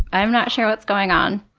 i'm not sure what's going on.